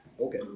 Okay